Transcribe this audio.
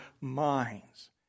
minds